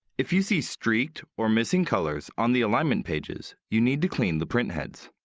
if you see streaked or missing colors on the alignment pages, you need to clean the printheads.